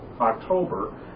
October